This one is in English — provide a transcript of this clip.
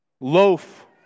loaf